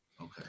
Okay